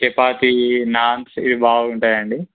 చపాతీ నాన్స్ ఇవి బాగుంటాయండి